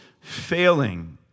failing